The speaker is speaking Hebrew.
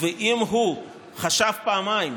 אם הוא חשב, פעמיים,